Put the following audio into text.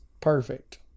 perfect